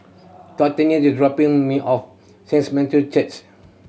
Cortney is dropping me off Matthew Church